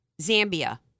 Zambia